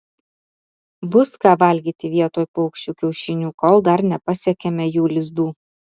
bus ką valgyti vietoj paukščių kiaušinių kol dar nepasiekėme jų lizdų